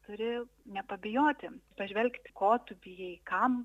turi nepabijoti pažvelgti ko tu bijai kam